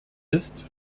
ist